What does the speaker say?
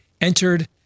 entered